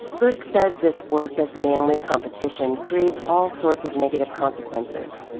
glick says this work-as-manly-competition creates all sorts of negative consequences.